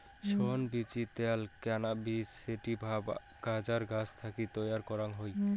শন বীচির ত্যাল cannabis sativa বা গাঁজার গছ থাকি তৈয়ার করাং হই